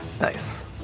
Nice